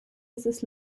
mrs